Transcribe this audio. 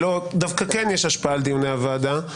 שלו דווקא כן יש השפעה על דיוני הוועדה,